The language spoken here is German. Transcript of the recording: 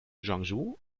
guangzhou